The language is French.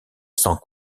sans